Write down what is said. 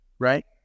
Right